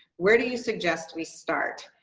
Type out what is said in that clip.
where do you suggest we start?